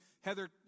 Heather